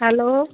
hello